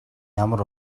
ямар